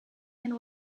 and